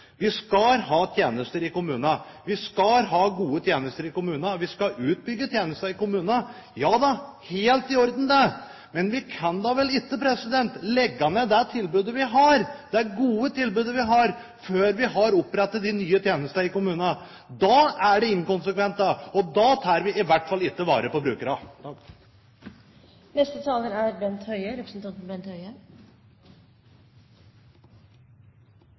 Vi skal ha tjenester i kommunene. Vi skal ha gode tjenester i kommunene. Vi skal bygge ut tjenestene i kommunene. Ja da, helt i orden det, men vi kan da vel ikke legge ned det tilbudet vi har – det gode tilbudet vi har – før vi har opprettet de nye tjenestene i kommunene. Da er det inkonsekvent, og da tar vi i hvert fall ikke vare på